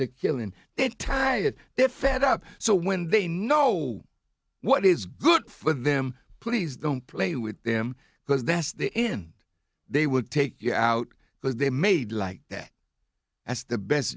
the killing they tired they're fed up so when they know what is good for them please don't play with them because that's the end they will take you out because they made like that that's the best